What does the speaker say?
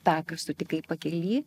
tą ką sutikai pakely